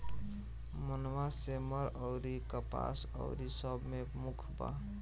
मनवा, सेमर अउरी कपास अउरी सब मे मुख्य बा